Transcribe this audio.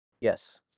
Yes